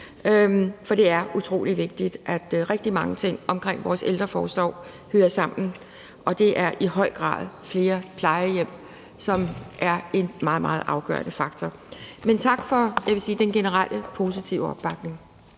For det er utrolig vigtigt, at rigtig mange ting omkring vores ældreforsorg hører sammen, og det er i høj grad flere plejehjem, som er en meget, meget afgørende faktor. Men jeg vil sige tak for den generelle positive opbakning.